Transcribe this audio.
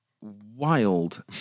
wild